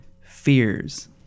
Fears